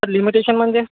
limitation म्हणजे